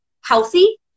healthy